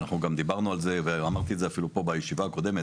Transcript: ואנחנו גם דיברנו על זה ואמרתי את זה אפילו פה בישיבה הקודמת